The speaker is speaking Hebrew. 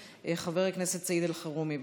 מס' 920. חבר הכנסת סעיד אלחרומי,